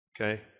Okay